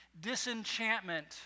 disenchantment